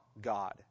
God